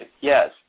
yes